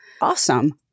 Awesome